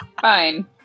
Fine